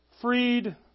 Freed